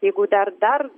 jeigu dar dar